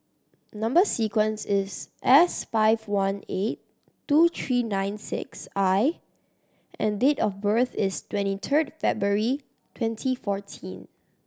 number sequence is S five one eight two three nine six I and date of birth is twenty third February twenty fourteen